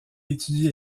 étudie